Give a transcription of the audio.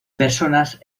personas